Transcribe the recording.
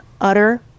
utter